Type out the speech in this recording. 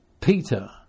Peter